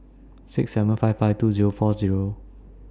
six seven five five two Zero four Zero